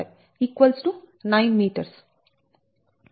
75 9m